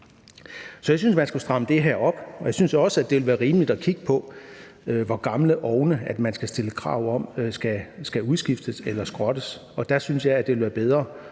Så jeg synes, man skal stramme det her op, og jeg synes også, det vil være rimeligt at kigge på, hvor gamle ovne man skal stille krav om skal udskiftes eller skrottes. Og der synes jeg, at det vil være bedre